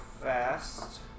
fast